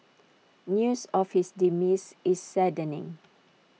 news of his demise is saddening